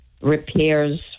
repairs